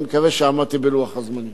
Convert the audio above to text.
אני מקווה שעמדתי בלוח הזמנים.